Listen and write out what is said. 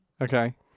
Okay